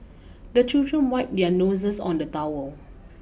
the children wipe their noses on the towel